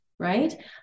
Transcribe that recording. Right